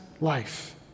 life